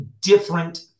different